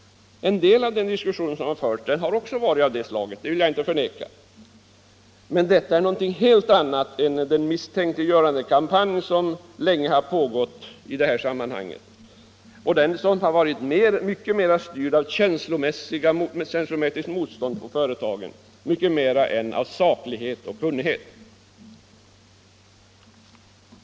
En del av den diskussion som har förts har också varit av det slaget, det vill jag inte förneka, men det är något helt annat än den misstänkliggörandekampanj som länge har pågått och som mera har varit styrd av känslomässigt motstånd mot företaget än av saklighet och kunnighet.